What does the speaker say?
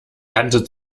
kante